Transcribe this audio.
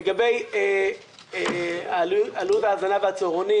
לגבי עלות ההזנה והצהרונים